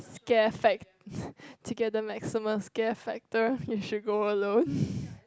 scare fact to get the maximum scare factor you should go alone